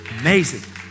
Amazing